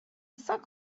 saint